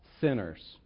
sinners